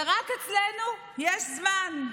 ורק אצלנו יש זמן.